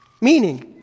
Meaning